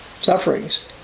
sufferings